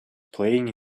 playing